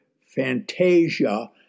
fantasia